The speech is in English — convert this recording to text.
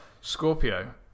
Scorpio